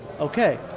okay